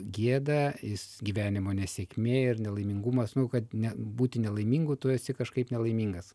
gėda jis gyvenimo nesėkmė ir nelaimingumas nu kad ne būti nelaimingu tu esi kažkaip nelaimingas